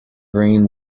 green